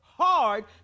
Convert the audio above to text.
hard